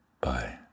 Bye